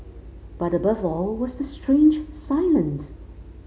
but above all was the strange silence